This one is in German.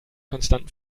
konstanten